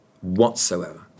whatsoever